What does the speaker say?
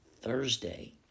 Thursday